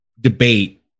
debate